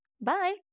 Bye